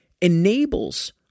enables